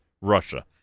Russia